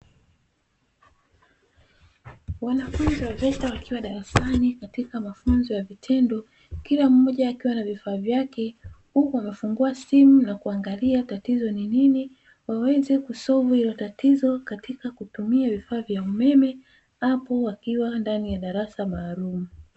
Wanafunzi wa veta wako darasani, wakijifunza kwakwa vitendo. Kila mmoja akiwa na vifaa vyake, huku amefungua simu na kuangalia tatizo ni nini ili aweze kutatua tatizo hilo kwa kutumia vifaa vya kielektroniki akiwa ndani ya chumba maalumu.